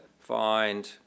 find